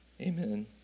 Amen